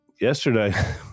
yesterday